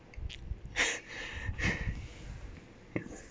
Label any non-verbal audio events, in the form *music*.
*laughs*